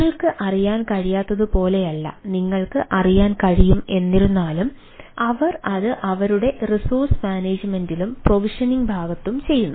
നിങ്ങൾക്ക് അറിയാൻ കഴിയാത്തതുപോലെയല്ല നിങ്ങൾക്ക് അറിയാൻ കഴിയും എന്നിരുന്നാലും അവർ അത് അവരുടെ റിസോഴ്സ് മാനേജ്മെൻറിലും പ്രൊവിഷനിംഗ് ഭാഗത്തും ചെയ്യുന്നു